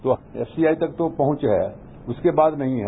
तो एफसीआई तक तो पहुंचा है उसके बाद नहीं है